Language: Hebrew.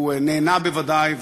הוא נהנה בוודאי,